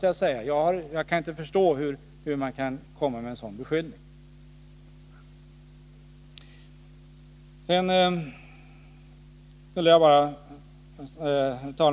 Jag kan inte förstå hur han kan komma med en sådan beskyllning.